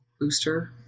booster